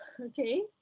Okay